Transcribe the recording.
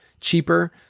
cheaper